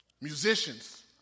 Musicians